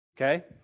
okay